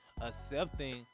accepting